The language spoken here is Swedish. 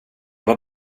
var